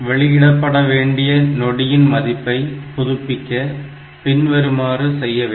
வெளியிடப்பட வேண்டிய நொடியின் மதிப்பை புதுப்பிக்க பின்வருமாறு செய்ய வேண்டும்